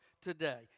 today